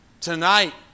tonight